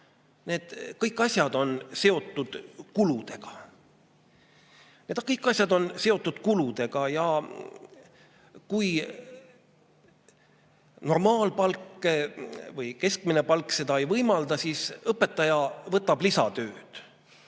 need asjad on seotud kuludega. Kõik asjad on seotud kuludega ja kui normaalpalk või keskmine palk seda ei võimalda, siis õpetaja võtab lisatööd.